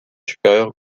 supérieur